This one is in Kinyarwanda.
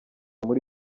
muri